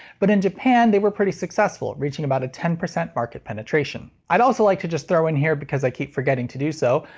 but in japan they were pretty successful reaching about a ten percent market penetration. i'd also like to just throw in here because i keep forgetting to do so,